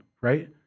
right